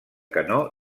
canó